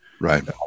Right